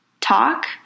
talk